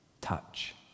touch